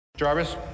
Jarvis